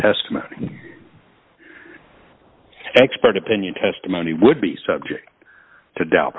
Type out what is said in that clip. test my expert opinion testimony would be subject to doubt